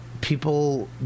people